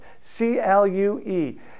C-L-U-E